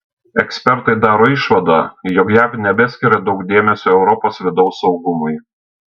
ekspertai daro išvadą jog jav nebeskiria daug dėmesio europos vidaus saugumui